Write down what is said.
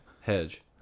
Hedge